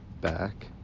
back